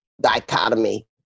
dichotomy